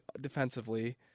defensively